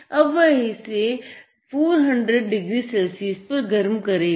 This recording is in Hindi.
अब वह इसे 400 डिग्री सेल्सियस पर गर्म करेगा